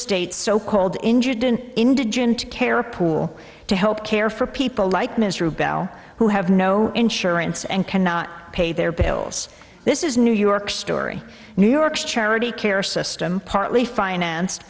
state's so called injured in indigent care pool to help care for people like mr bell who have no insurance and cannot pay their bills this is new york story new york's charity care system partly financed